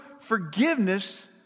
forgiveness